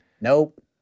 Nope